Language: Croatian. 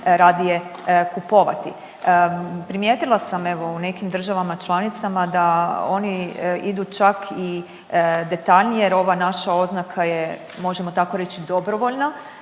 radije kupovati. Primijetila sam evo u neki državama članicama da oni idu čak i detaljnije jer ova naša oznaka je možemo tako reći dobrovoljna